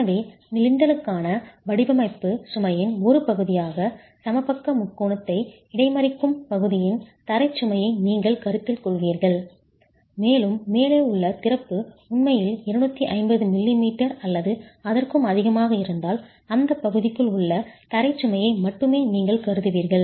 எனவே லிண்டலுக்கான வடிவமைப்பு சுமையின் ஒரு பகுதியாக சமபக்க முக்கோணத்தை இடைமறிக்கும் பகுதியின் தரை சுமையை நீங்கள் கருத்தில் கொள்வீர்கள் மேலும் மேலே உள்ள திறப்பு உண்மையில் 250 மிமீ அல்லது அதற்கும் அதிகமாக இருந்தால் இந்த பகுதிக்குள் உள்ள தரை சுமையை மட்டுமே நீங்கள் கருதுவீர்கள்